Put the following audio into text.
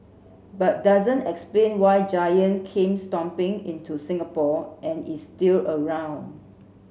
but doesn't explain why Giant came stomping into Singapore and is still around